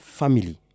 family